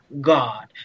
God